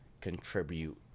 contribute